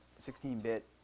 16-bit